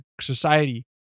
society